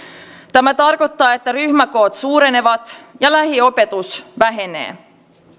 tämä tarkoittaa että ryhmäkoot suurenevat ja lähiopetus vähenee